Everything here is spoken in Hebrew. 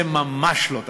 זה ממש לא תפקידו,